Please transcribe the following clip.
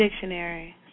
dictionary